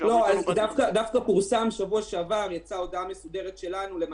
אף מוסד לא יכול